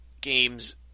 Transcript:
games